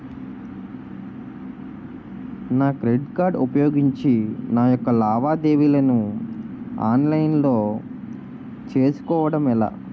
నా credit card ఉపయోగించి నా యెక్క లావాదేవీలను ఆన్లైన్ లో చేసుకోవడం ఎలా?